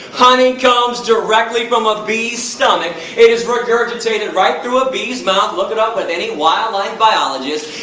honey comes directly from a bee stomach, it is regurgitated right through a bee's mouth look it up with any wildlife biologist.